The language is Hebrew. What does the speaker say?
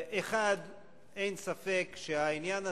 1. אין ספק שהעניין הזה,